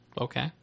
Okay